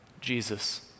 Jesus